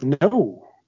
no